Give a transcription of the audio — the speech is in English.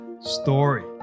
story